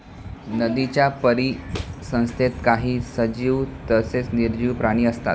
नदीच्या परिसंस्थेत काही सजीव तसेच निर्जीव प्राणी असतात